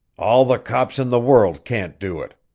all the cops in the world can't do it!